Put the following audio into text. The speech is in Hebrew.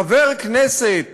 חבר כנסת